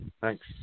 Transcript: Thanks